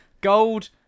gold